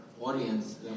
audience